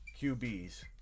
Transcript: QBs